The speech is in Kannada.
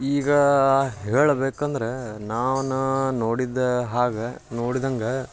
ಈಗ ಹೇಳಬೇಕಂದ್ರೆ ನಾನು ನೋಡಿದ ಹಾಗೆ ನೋಡ್ದಂಗೆ